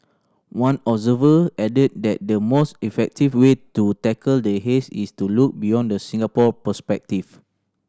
one observer added that the most effective way to tackle the haze is to look beyond the Singapore perspective